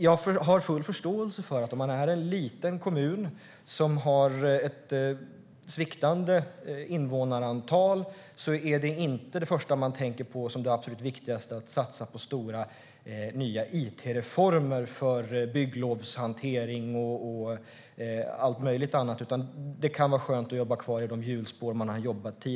Jag har full förståelse för att det viktigaste för en liten kommun med ett sviktande invånarantal inte är att satsa på nya stora it-reformer för bygglovshantering etcetera. Där kan det vara skönt att fortsätta i gamla hjulspår.